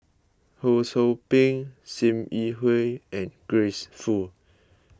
Ho Sou Ping Sim Yi Hui and Grace Fu